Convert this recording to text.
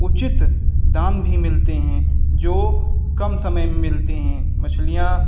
उचित दाम भी मिलते हैं जो कम समय में मिलते हैं मछलियाँ